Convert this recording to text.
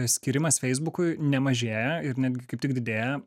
skyrimas feisbukui nemažėja ir netgi kaip tik didėja